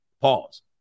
pause